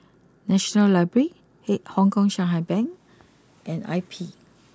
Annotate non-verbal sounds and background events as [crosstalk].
National library [unintelligible] Hong Kong Shanghai Bank and I P